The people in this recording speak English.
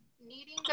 needing